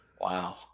Wow